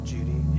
Judy